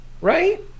Right